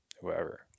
whoever